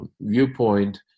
viewpoint